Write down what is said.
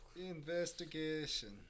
Investigation